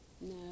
No